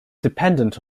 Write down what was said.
dependent